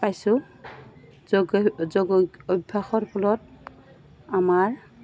পাইছোঁ যোগ যোগ অভ্যাসৰ ফলত আমাৰ